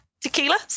Tequila